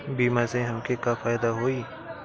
बीमा से हमके का फायदा होई?